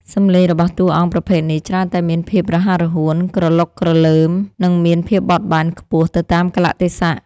សំឡេងរបស់តួអង្គប្រភេទនេះច្រើនតែមានភាពរហ័សរហួន ក្រឡុកក្រឡើម និងមានភាពបត់បែនខ្ពស់ទៅតាមកាលៈទេសៈ